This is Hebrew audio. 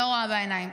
לא רואה בעיניים.